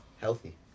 healthy